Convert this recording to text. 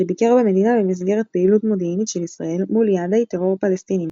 שביקר במדינה במסגרת פעילות מודיעינית של ישראל מול יעדי טרור פלסטינים,